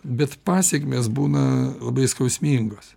bet pasekmės būna labai skausmingos